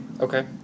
Okay